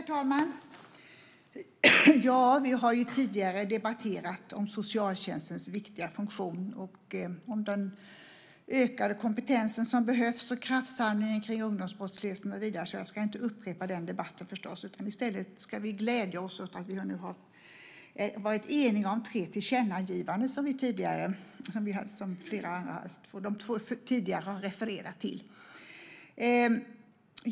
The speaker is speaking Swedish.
Herr talman! Vi har tidigare debatterat socialtjänstens viktiga funktion, den ökade kompetens som behövs och kraftsamlingen kring ungdomsbrottsligheten och så vidare, så jag ska inte upprepa den debatten. I stället ska vi glädja oss åt att vi nu är eniga om tre tillkännagivanden som de två tidigare talarna har refererat till.